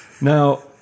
Now